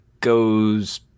goes